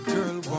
Girl